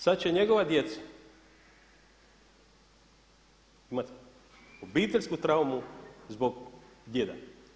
Sad će njegova djeca imati obiteljsku traumu zbog djeda.